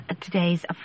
today's